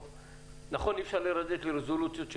נכון שאי אפשר לרדת לרזולוציות של